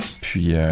Puis